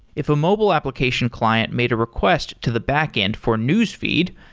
if a mobile application client made a request to the backend for newsfeed,